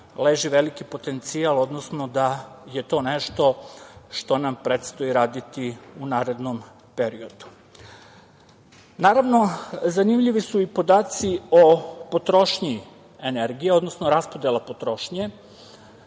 leži veliki potencijal, odnosno da je to nešto što nam predstoji raditi u narednom periodu. Naravno, zanimljivi su i podaci o potrošnji energije, odnosno raspodela potrošnje.